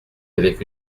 avec